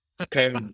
okay